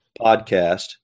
podcast